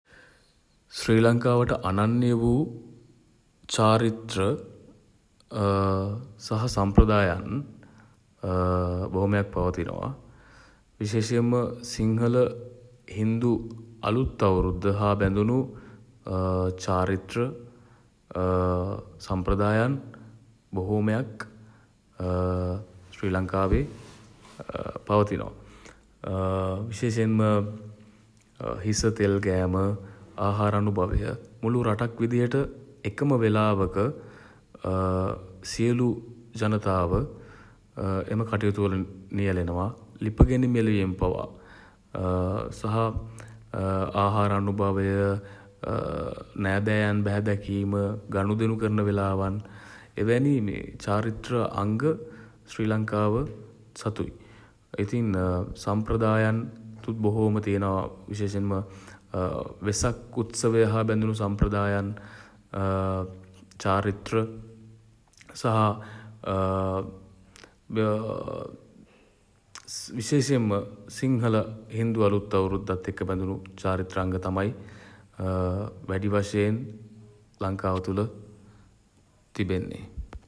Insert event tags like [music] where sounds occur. ශ්‍රී ලංකාවට අනන්‍ය වූ චාරිත්‍ර [hesitation] සහ සම්ප්‍රදායන් [hesitation] බොහොමයක් පවතිනවා. විශේෂයෙන්ම [hesitation] සිංහල [hesitation] හින්දු [hesitation] අලුත් අවුරුද්ද හා බැඳුණු [hesitation] චාරිත්‍ර [hesitation] සම්ප්‍රදායන් [hesitation] බොහොමයක් [hesitation] ශ්‍රී ලංකාවේ [hesitation] පවතිනවා. විශේෂෙන්ම [hesitation] හිස තෙල් ගෑම [hesitation] ආහාර අනුභවය [hesitation] මුළු රටක් විදියට [hesitation] එකම වෙලාවක [hesitation] සියලු ජනතාව [hesitation] එම කටයුතු වල නියැලෙනවා. ලිප ගිණි මෙලවීම පවා [hesitation] සහ ආහාර අනුභවය [hesitation] නෑදෑයන් බැහැ දැකීම [hesitation] ගනුදෙනු කරන වේලාවන් [hesitation] එවැනි [hesitation] චාරිත්‍ර අංග [hesitation] ශ්‍රී ලංකාව [hesitation] සතුයි. ඉතින් [hesitation] සම්ප්‍රදායනුත් [hesitation] බොහොම තියෙනවා. විශේෂෙන්ම [hesitation] වෙසක් උත්සවය හා බැඳුණු සම්ප්‍රදායන් [hesitation] චාරිත්‍ර [hesitation] සහ [hesitation] විශේෂයෙන්ම සිංහල [hesitation] හින්දු අලුත් අවුරුද්දත් එක්ක බැඳුණු [hesitation] චාරිත්‍රාංග තමයි [hesitation] වැඩි වශයෙන් [hesitation] ලංකාව තුළ [hesitation] තිබෙන්නේ.